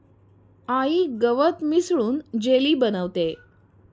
आई गवत मिसळून जेली बनवतेय